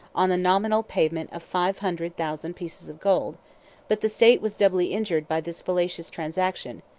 on the nominal payment of five hundred thousand pieces of gold but the state was doubly injured by this fallacious transaction,